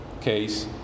case